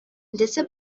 ndetse